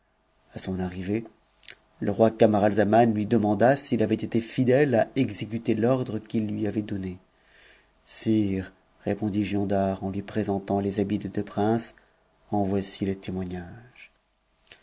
a son arrivée le roi camaralzamau lui demanda s'il avait été fidèle à exécuter l'ordre qu'il lui avait donné sire répondit giondar en lui présentant les habits des deux princes pn voici les